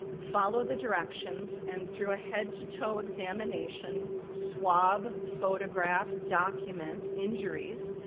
follow the directions, and through a head to toe examination, swab, photograph, document injuries,